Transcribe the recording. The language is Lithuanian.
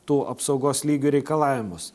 tų apsaugos lygių reikalavimus